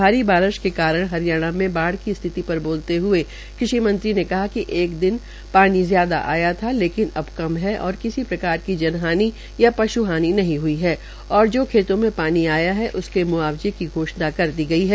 भारी वर्षा के कारण हरियाणा में बाढ़ की स्थिति पर बोलते हुए कृषि मंत्री ने कहा िकएक दिन पानी ज्यादा आया था लेकिन अब कम है और किसी प्रकार की जनहानि या पश् नहीं हई है और जो खेतों में पानी आया है उसके म्आवजे की घोषणा कर दी है